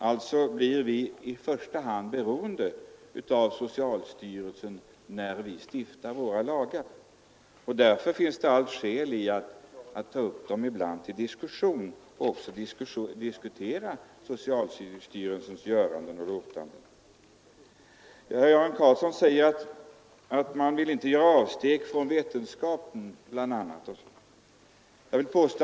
Vi blir alltså i första hand beroende av socialstyrelsen när vi stiftar en rad lagar, och därför finns det alla skäl att ibland ta upp lagarna till en diskussion, som då också innefattar socialstyrelsens göranden och låtanden. Herr Göran Karlsson säger bl.a. att man inte vill göra avsteg från vetenskapens rön.